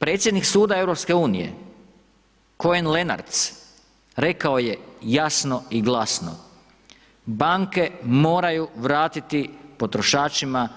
Predsjednik suda EU Cohen Lenarts rekao je jasno i glasno banke moraju vratiti potrošačima